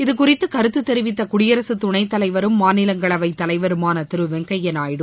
இது குறித்து கருத்து தெரிவித்த குடியரசுத் துணைத் தலைவரும் மாநிலங்களவைத் தலைவருமான திரு வெங்கையா நாயுடு